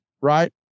right